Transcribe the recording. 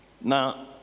now